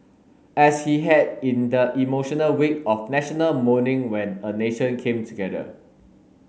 as he had in the emotional week of National Mourning when a nation came together